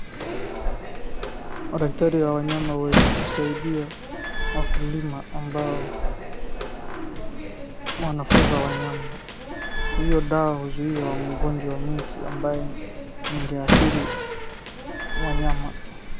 Wadaktari wa wanyama husaidia wakulima ambao, wanafuga wanyama. Hio dawa huzuia magonjwa mingi ambayo ingeathiri wanyama.